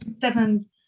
seven